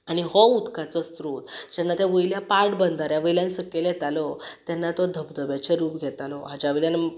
आनी हो उदकाचो स्त्रोत जेन्ना त्या वयल्या पाट बंदाऱ्या वयल्यान सकयल येतालो तेन्ना तो धबधब्याचें रूप घेतालो हाज्या वयल्यान